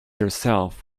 yourself